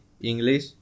English